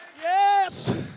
Yes